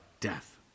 death